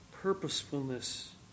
purposefulness